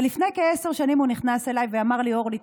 אבל לפני כעשר שנים הוא נכנס אליי ואמר לי: אורלי,